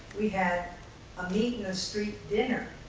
we had a meet in the street dinner.